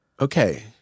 okay